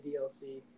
DLC